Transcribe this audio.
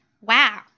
Wow